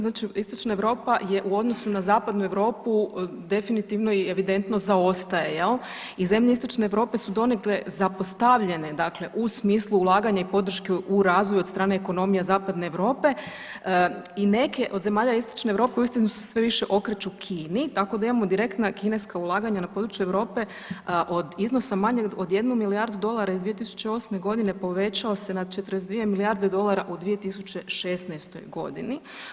Znači istočna Europa u odnosu na zapadnu Europu definitivno i evidentno zaostaje jel i zemlje istočne Europe su donekle zapostavljene dakle u smislu ulaganja i podrške u razvoju od strane ekonomije zapadne Europe i neke od zemalja istočne Europe uistinu se sve više okreću Kini, tako da imamo direktna kineska ulaganja na području Europe od iznosa manjeg od jednu milijardu dolara, iz 2008.g. povećao se na 42 milijarde dolara u 2016.g.